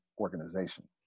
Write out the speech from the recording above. organization